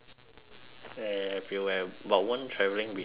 everywhere but won't travelling be tiring